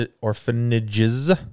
orphanages